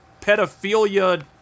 pedophilia